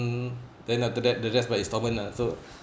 then after that the rest by installment lah so